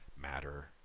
matter